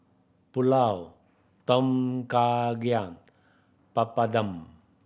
Pulao Tom Kha Gai Papadum